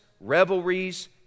revelries